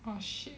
!wah! shit